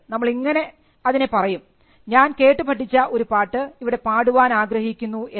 നമ്മൾ അതിനെ ഇങ്ങനെ പറയും ഞാൻ കേട്ടു പഠിച്ച ഒരു പാട്ട് ഇവിടെ പാടുവാൻ ആഗ്രഹിക്കുന്നു എന്ന്